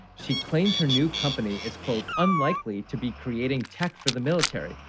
she claimed her new company is, quote, unlikely to be creating tech for the military,